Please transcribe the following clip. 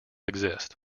exist